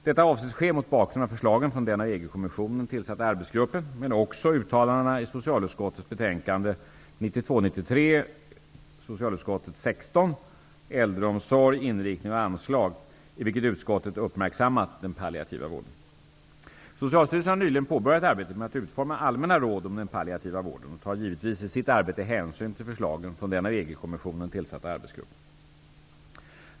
Detta avses ske mot bakgrund av förslagen från den av EG-kommissionen tillsatta arbetsgruppen men också uttalandena i Socialstyrelsen har nyligen påbörjat arbetet med att utforma allmänna råd om den palliativa vården och tar givetvis i sitt arbete hänsyn till förslagen från den av EG-kommissionen tillsatta arbetsgruppen.